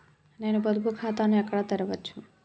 నేను పొదుపు ఖాతాను ఎక్కడ తెరవచ్చు?